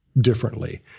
differently